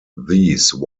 these